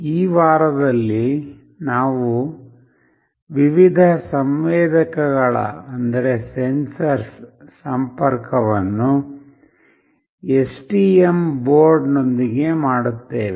ಈ ವಾರದಲ್ಲಿ ನಾವು ವಿವಿಧ ಸಂವೇದಕಗಳ ಸಂಪರ್ಕವನ್ನು STM ಬೋರ್ಡ್ ನೊಂದಿಗೆ ಮಾಡುತ್ತೇವೆ